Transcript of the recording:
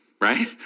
right